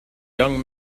young